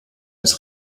als